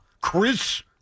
Chris